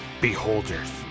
Beholders